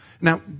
Now